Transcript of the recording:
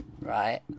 right